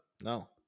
No